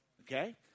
Okay